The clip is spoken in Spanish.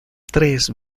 tres